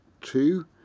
two